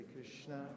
Krishna